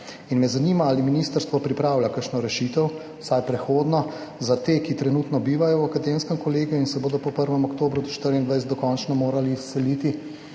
Zanima me: Ali ministrstvo pripravlja kakšno rešitev, vsaj prehodno, za te, ki trenutno bivajo v Akademskem kolegiju in se bodo po 1. oktobru 2024 dokončno morali izseliti?